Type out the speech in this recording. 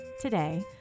Today